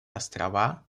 острова